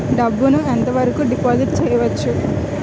డబ్బు ను ఎంత వరకు డిపాజిట్ చేయవచ్చు?